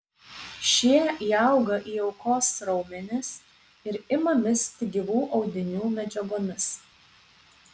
šie įauga į aukos raumenis ir ima misti gyvų audinių medžiagomis